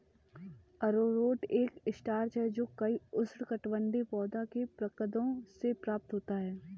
अरारोट एक स्टार्च है जो कई उष्णकटिबंधीय पौधों के प्रकंदों से प्राप्त होता है